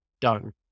done